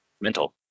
mental